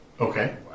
Okay